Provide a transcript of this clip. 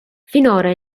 finora